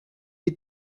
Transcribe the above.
you